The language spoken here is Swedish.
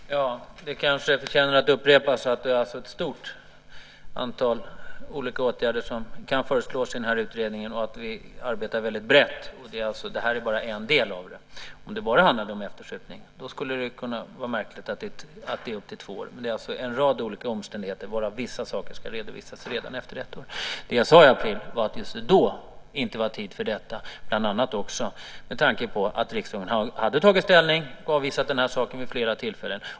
Fru talman! Det kanske förtjänar att upprepas att det är ett stort antal åtgärder som kan föreslås i den här utredningen och att vi arbetar väldigt brett. Det här är alltså bara en del av det. Om det bara handlade om eftersupning skulle det kunna vara märkligt att det tar upp till två år, men det handlar alltså om en rad olika omständigheter, och vissa saker ska redovisas redan efter ett år. Det jag sade i april var att det just då inte var tid för detta, bland annat med tanke på att riksdagen hade tagit ställning och avvisat detta vid flera tillfällen.